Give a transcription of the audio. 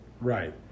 right